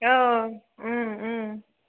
औ